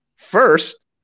First